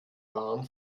waren